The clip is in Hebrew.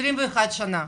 לפני 21 שנה.